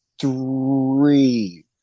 three